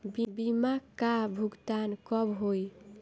बीमा का भुगतान कब होइ?